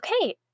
okay